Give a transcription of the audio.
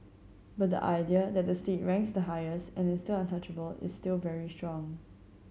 but the idea that the state ranks the highest and is untouchable is still very strong